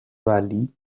valley